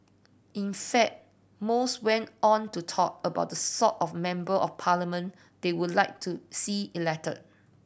in fact most went on to talk about the sort of Member of Parliament they would like to see elected